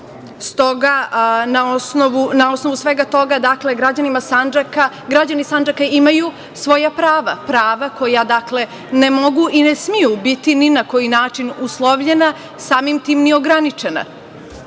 stoga na osnovu svega toga građani Sandžaka imaju svoja prava, prava koja ne mogu i ne smeju biti ni na koji način uslovljena, samim tim ni ograničena